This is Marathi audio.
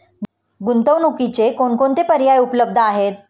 गुंतवणुकीचे कोणकोणते पर्याय उपलब्ध आहेत?